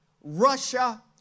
Russia